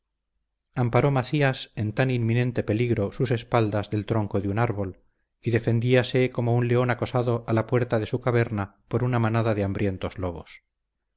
amparó macías en tan inminente peligro sus espaldas del tronco de un árbol y defendíase como un león acosado a la puerta de su caverna por una manada de hambrientos lobos